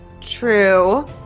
True